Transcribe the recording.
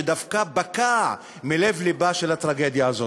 שדווקא בקעו מלב לבה של הטרגדיה הזאת.